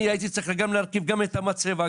אני הייתי צריך להרכיב גם את המצבה,